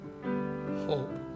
hope